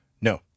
No